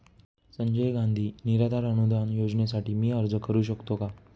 संजय गांधी निराधार अनुदान योजनेसाठी मी अर्ज करू शकतो का?